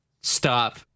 stop